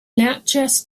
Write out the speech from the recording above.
natchez